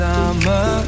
Summer